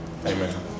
Amen